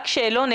רק שאלה,